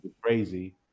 crazy